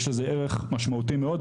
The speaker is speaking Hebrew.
יש לזה ערך משמעותי מאוד,